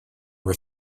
were